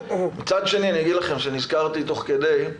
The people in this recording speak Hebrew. מצד שני, נזכרתי תוך כדי,